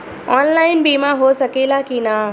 Online बीमा हो सकेला की ना?